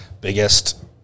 biggest